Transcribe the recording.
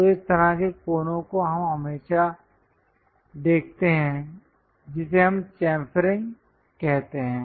तो इस तरह के कोनों को हम हमेशा देखते हैं जिसे हम चम्फरिंग कहते हैं